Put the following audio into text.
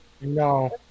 No